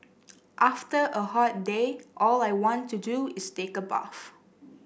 after a hot day all I want to do is take a bath